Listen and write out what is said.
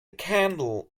candle